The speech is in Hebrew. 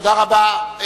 תודה רבה.